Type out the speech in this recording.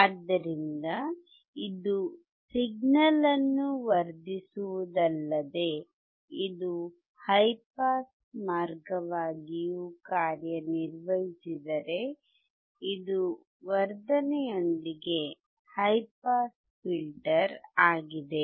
ಆದ್ದರಿಂದ ಇದು ಸಿಗ್ನಲ್ ಅನ್ನು ವರ್ಧಿಸುವುದಲ್ಲದೆ ಇದು ಹೈ ಪಾಸ್ ಮಾರ್ಗವಾಗಿಯೂ ಕಾರ್ಯನಿರ್ವಹಿಸಿದರೆ ಇದು ವರ್ಧನೆಯೊಂದಿಗೆ ಹೈ ಪಾಸ್ ಫಿಲ್ಟರ್ ಆಗಿದೆ